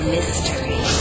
Mystery